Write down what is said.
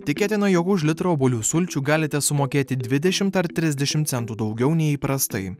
tikėtina jog už litrą obuolių sulčių galite sumokėti dvidešimt ar trisdešimt centų daugiau nei įprastai